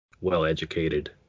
well-educated